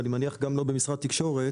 ואני מניח גם לא במשרד התקשורת,